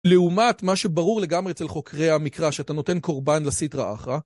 לעומת מה שברור לגמרי אצל חוקרי המקרא, שאתה נותן קורבן לסדרה אחרה.